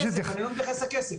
אני לא מתייחס לכסף.